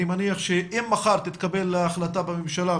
אני מניח שאם מחר תתקבל החלטה בממשלה,